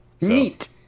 Neat